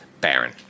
Baron